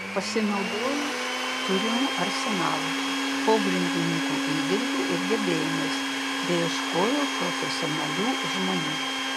pasinaudojo turimu arsenalu pogrindininkų įdirbiu ir gebėjimais bei ieškojo profesionalių žmonių